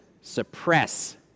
suppress